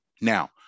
Now